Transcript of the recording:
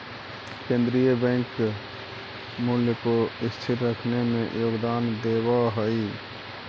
केन्द्रीय बैंक मूल्य को स्थिर रखने में योगदान देवअ हई